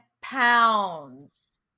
pounds